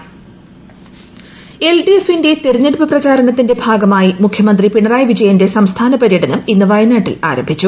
LDF എൽഡിഎഫിന്റെ തെരഞ്ഞെട്ടുപ്പ് പ്രചാരണത്തിന്റെ ഭാഗമായി മുഖ്യമന്ത്രി പിണറായി പിജയന്റെ സംസ്ഥാന പര്യടനം ഇന്ന് വയനാട്ടിൽ ആരുഭിച്ചു